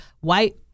white